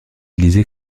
utilisé